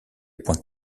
point